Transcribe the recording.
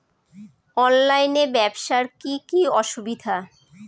অনলাইনে ব্যবসার কি কি অসুবিধা?